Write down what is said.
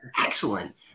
excellent